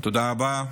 תודה רבה,